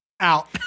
Out